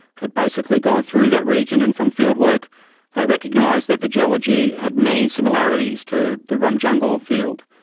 had basically gone through that region, and from fieldwork they recognised that the geology had many similarities to the rum jungle field.